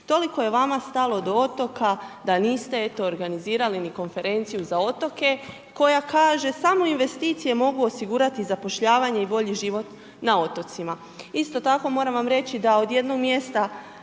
Toliko je vama stalo do otoka, da niste eto, organizirali konferenciju za otoke, koja kaže, samo investicije, mogu osiguravati zapošljavanje i bolji život na otocima. Isto tako moram vam reći da od jednog mjesta